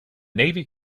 navy